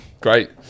great